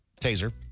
Taser